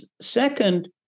second